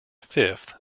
fifth